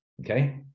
okay